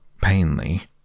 painly